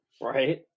right